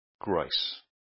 grace